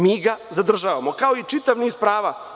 Mi ga zadržavamo, kao i čitav niz prava.